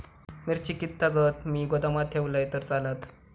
मिरची कीततागत मी गोदामात ठेवलंय तर चालात?